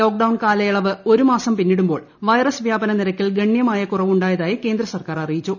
lockdown കാലയളവ് ഒരു മാസം പിന്നിടുമ്പോൾ വൈറസ് വ്യാപന നിരക്കിൽ ഗണ്യമായ കുറവുണ്ടായതായി കേന്ദ്ര സർക്കാർ അറിയിച്ചു